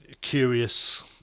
curious